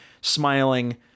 smiling